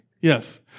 Yes